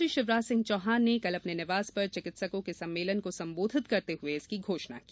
मुख्यमंत्री शिवराज सिंह चौहान ने कल अपने निवास पर चिकित्सकों के सम्मेलन को संबोधित करते हुए इसकी घोषणा की